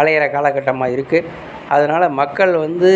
அலைகிற காலகட்டமாக இருக்குது அதனால மக்கள் வந்து